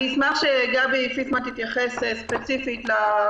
יש שני תנאים בסיסיים שהפסיקה דורשת בהקשר הזה,